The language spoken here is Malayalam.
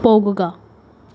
പോകുക